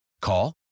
Call